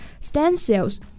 stencils